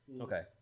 Okay